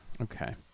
Okay